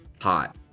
hot